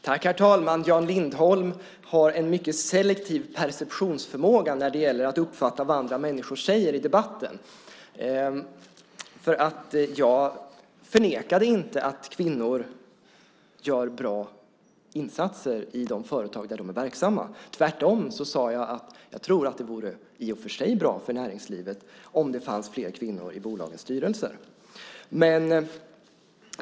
Herr talman! Jan Lindholm har en mycket selektiv perceptionsförmåga när det gäller att uppfatta vad andra människor säger i debatten. Jag förnekade inte att kvinnor gör bra insatser i de företag där de är verksamma. Tvärtom sade jag att jag tror att det vore bra för näringslivet om det fanns fler kvinnor i bolagens styrelser.